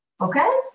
Okay